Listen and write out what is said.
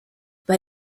bei